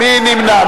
מי נמנע?